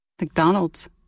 McDonald's